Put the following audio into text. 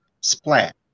Splat